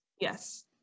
Yes